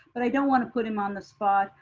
but i don't wanna put him on the spot.